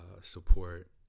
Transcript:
support